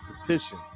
petition